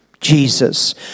Jesus